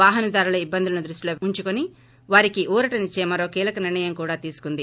వాహనదారుల ఇబ్బందులను దృష్టిలో ఉంచుకొని వారికి ఊరటనిచ్చే మరో కీలక నిర్ణయం కూడా తీసుకుంది